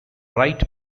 rite